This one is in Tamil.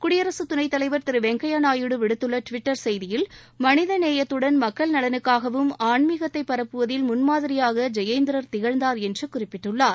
குடியரசுத் துணை தலைவர் திரு வெங்கய்யா நாயுடு விடுத்துள்ள டுவிட்டர் செய்தியில் மனித நேயத்துடன் மக்கள் நலனுக்காகவும் ஆன்மிகத்தை பரப்புவதில் முன்மாதிரியாக ஜெயேந்திரர் திகழ்ந்தார் என்று குறிப்பிட்டுள்ளார்